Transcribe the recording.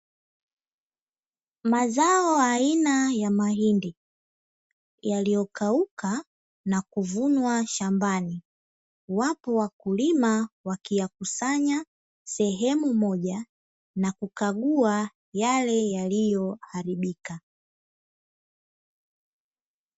Mazao aina ya mahindi, yaliyokauka na kuvunwa shambani. Wapo wakulima wakiyakusanya sehemu moja na kukagua yale yaliyoharibika.